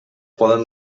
poden